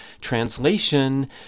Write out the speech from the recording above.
Translation